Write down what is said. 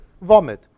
vomit